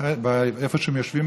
איפה שהם יושבים,